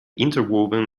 interwoven